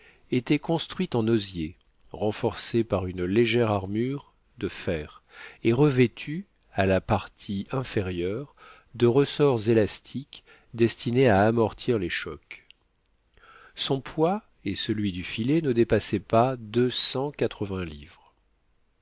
était construite en osier renforcée par une légère armure de fer et revêtue à la partie inférieure de ressorts élastiques destinés à amortir les chocs son poids et celui du filet ne dépassaient pas